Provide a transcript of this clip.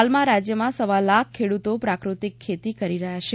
હાલમાં રાજ્યમાં સવા લાખ ખેડુતો પ્રાકૃતિક ખેતી કરી રહ્યાં છે